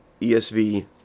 ESV